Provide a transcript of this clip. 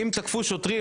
אם תקפו שוטרים,